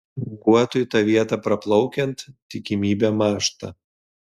guotui tą vietą praplaukiant tikimybė mąžta